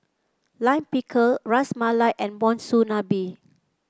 Lime Pickle Ras Malai and Monsunabe